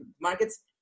markets